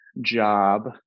job